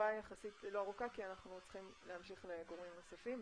לתשובה יחסית לא ארוכה כי אנחנו צריכים להמשיך לגורמים נוספים.